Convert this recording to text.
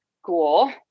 school